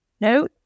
no